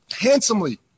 handsomely